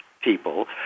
people